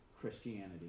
Christianity